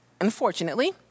Unfortunately